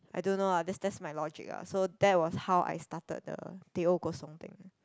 I don't know ah that's just my logic ah so that was how I started the Teh-O Kosong thing